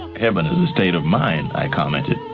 heaven and the state of mind i commented,